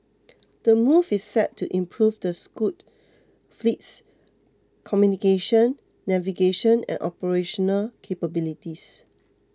the move is set to improve the Scoot fleet's communication navigation and operational capabilities